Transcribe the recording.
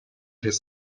his